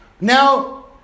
Now